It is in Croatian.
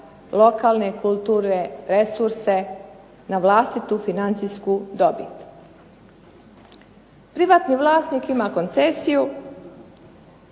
lokalne kulturne resurse na vlastitu financijsku dobit. Privatni vlasnik ima koncesiju,